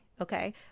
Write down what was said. okay